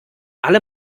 alle